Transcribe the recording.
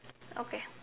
okay